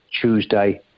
Tuesday